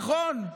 נכון?